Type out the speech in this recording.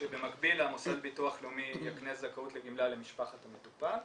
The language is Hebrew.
כשבמקביל המוסד לביטוח לאומי יקנה זכאות לגמלה למשפחת המטופל.